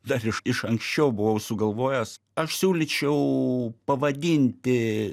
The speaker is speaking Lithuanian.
dar iš iš anksčiau buvau sugalvojęs aš siūlyčiau pavadinti